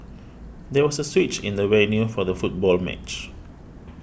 there was a switch in the venue for the football match